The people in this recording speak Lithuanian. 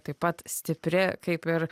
taip pat stipri kaip ir